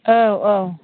औ औ